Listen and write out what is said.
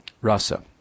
rasa